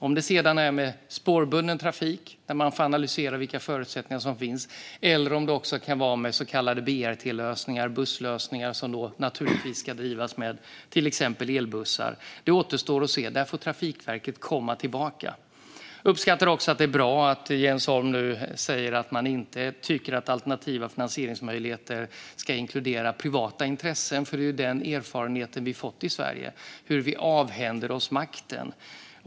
Om det är med spårbunden trafik, när man analyserat de förutsättningar som finns, eller om det också kan vara med så kallade BRT-lösningar, exempelvis elbussar, återstår att se. Trafikverket får återkomma när det gäller det. Det är bra att Jens Holm säger att de inte tycker att alternativa finansieringsmöjligheter ska inkludera privata intressen. Det är annars den erfarenheten vi har i Sverige, att vi avhänder oss makten.